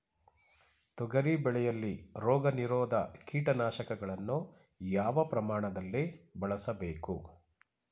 ತೊಗರಿ ಬೆಳೆಯಲ್ಲಿ ರೋಗನಿರೋಧ ಕೀಟನಾಶಕಗಳನ್ನು ಯಾವ ಪ್ರಮಾಣದಲ್ಲಿ ಬಳಸಬೇಕು?